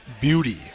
beauty